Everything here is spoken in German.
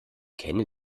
kenne